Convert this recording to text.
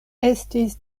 estis